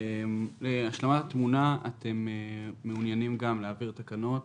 כהשלמת תמונה אתם מעוניינים גם להעביר תקנות